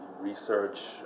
research